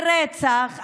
ברצח,